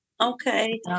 Okay